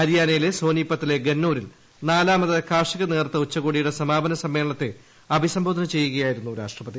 ഹരിയാനയിലെ സോനിപ്പതിലെ ഗന്നൂരിൽ നാലാമത് കാർഷിക നേതൃത്വ ഉച്ചകോടിയുടെ സമാപന സമ്മേളനത്തെ അഭിസംബോധന ചെയ്യുകയായിരുന്നു രാഷ്ട്രപതി